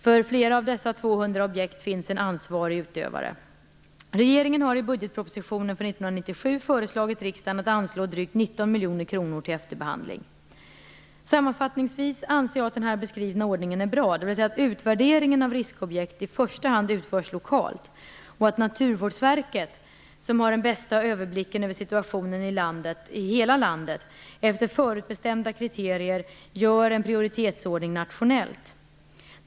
För flera av dessa 200 objekt finns en ansvarig verksamhetsutövare. Regeringen har i budgetpropositionen för 1997 föreslagit riksdagen att anslå drygt 19 miljoner kronor till efterbehandling. Sammanfattningsvis anser jag att den beskrivna ordningen är bra, dvs. att utvärderingen av riskobjekt i första hand utförs lokalt och att Naturvårdsverket, som har den bästa överblicken över situationen i hela landet, efter förutbestämda kriterier gör en prioriteringsordning nationellt.